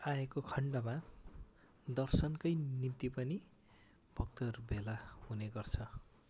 आएको खण्डमा दर्शनका निम्ति पनि भक्तहरू भेला हुने गर्छ